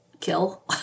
kill